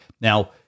Now